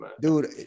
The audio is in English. Dude